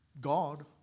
God